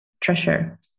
treasure